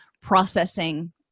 processing